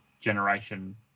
Generation